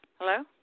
Hello